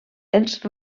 els